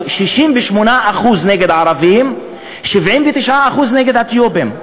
68% נגד ערבים, 79% נגד אתיופים.